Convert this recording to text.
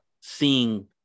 seeing